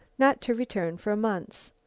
not to return for months.